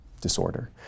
disorder